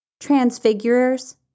Transfigurers